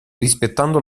rispettando